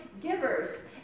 givers